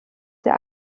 der